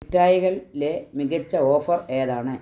മിഠായികളിലെ മികച്ച ഓഫർ ഏതാണ്